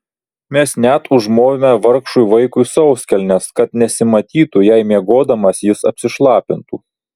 mes net užmovėme vargšui vaikui sauskelnes kad nesimatytų jei miegodamas jis apsišlapintų